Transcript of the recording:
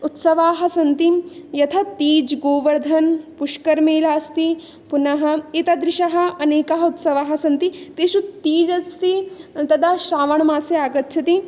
उत्सवाः सन्ति यथा तीज गोवर्धन पुष्करमेला अस्ति पुनः एतादृशाः अनेकाः उत्सवाः सन्ति तेषु तीज अस्ति तदा श्रावणमासे आगच्छति